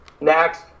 Next